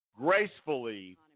gracefully